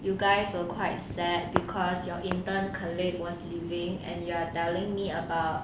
you guys were quite sad because your intern colleague was leaving and you are telling me about